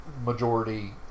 majority